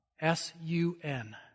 S-U-N